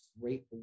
great